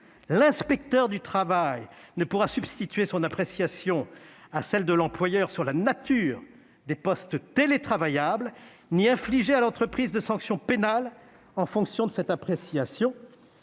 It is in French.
L'inspecteur du travail ne pourra substituer son appréciation à celle de l'employeur sur la nature des postes « télétravaillables » ni infliger à l'entreprise de sanction pénale en fonction de cette appréciation.